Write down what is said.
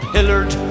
Hillard